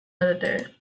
editor